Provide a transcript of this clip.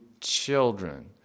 children